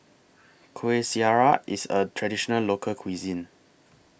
Kuih Syara IS A Traditional Local Cuisine